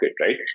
right